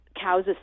cows